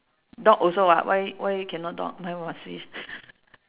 dog also [what] why why cannot dog why must fish